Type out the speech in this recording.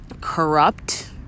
corrupt